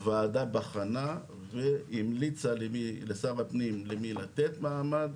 הוועדה בחנה והמליצה לשר הפנים למי לתת מעמד,